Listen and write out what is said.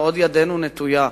ועוד ידנו נטויה,